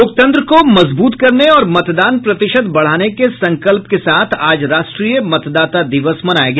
लोकतंत्र को मजबूत करने और मतदान प्रतिशत बढ़ाने के संकल्प के साथ आज राष्ट्रीय मतदाता दिवस मनाया गया